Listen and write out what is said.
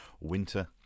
winter